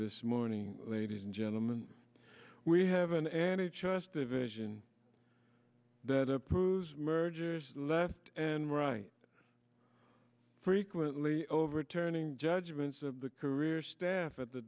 this morning ladies and gentlemen we have an added just division that approves mergers left and right frequently overturning judgments of the career staff at the